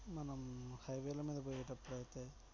మనం హైవేలమీద పోయేటప్పుడు అయితే